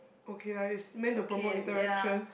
okay lah is meant to promote interaction